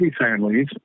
families